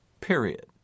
period